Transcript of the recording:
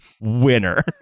winner